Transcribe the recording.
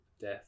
death